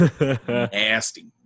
nasty